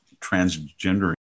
transgender